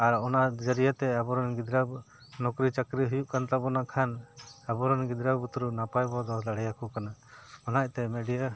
ᱟᱨ ᱚᱱᱟ ᱡᱟᱹᱨᱭᱟᱹᱛᱮ ᱟᱵᱚᱨᱮᱱ ᱜᱤᱫᱽᱨᱟᱹ ᱱᱚᱠᱨᱤ ᱪᱟᱹᱠᱨᱤ ᱦᱩᱭᱩᱜ ᱠᱟᱱ ᱛᱟᱵᱚᱱᱟ ᱠᱷᱟᱱ ᱟᱵᱚᱨᱮᱱ ᱜᱤᱫᱽᱨᱟᱹ ᱵᱩᱛᱨᱩ ᱱᱟᱯᱟᱭ ᱵᱚ ᱫᱚᱦᱚ ᱫᱟᱲᱮᱭᱟᱠᱚ ᱠᱟᱱᱟ ᱚᱱᱟ ᱤᱭᱟᱹ ᱛᱮ ᱢᱮᱰᱤᱭᱟ